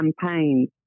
campaigns